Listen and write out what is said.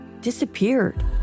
disappeared